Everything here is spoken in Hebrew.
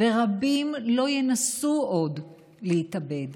ורבים לא ינסו עוד להתאבד.